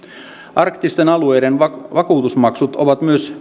arktisten alueiden vakuutusmaksut ovat myös